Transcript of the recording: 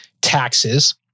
taxes